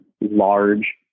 large